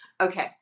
Okay